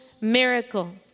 miracle